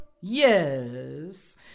Yes